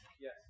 Yes